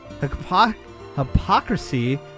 hypocrisy